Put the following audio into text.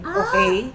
okay